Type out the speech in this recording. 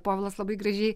povilas labai gražiai